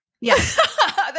Yes